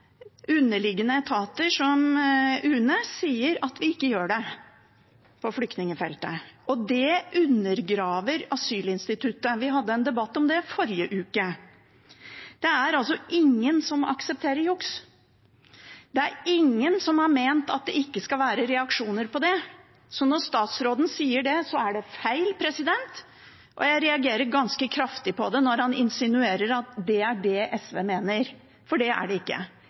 underliggende etater, som UNE, sier at vi ikke gjør det. Det undergraver asylinstituttet – vi hadde en debatt om det forrige uke. Det er ingen som aksepterer juks, det er ingen som har ment at det ikke skal være reaksjoner på det. Når statsråden sier det, er det feil, og jeg reagerer ganske kraftig på at han insinuerer at det er det SV mener, for det er det ikke.